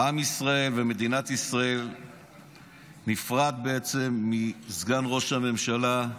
עם ישראל ומדינת ישראל נפרדים מסגן ראש הממשלה,